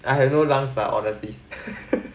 I have no lungs lah honestly